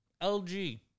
LG